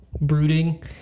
brooding